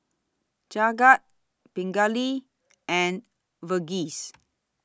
Jagat Pingali and Verghese